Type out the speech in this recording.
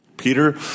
Peter